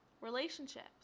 relationships